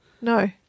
No